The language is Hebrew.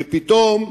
ופתאום,